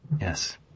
yes